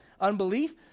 Unbelief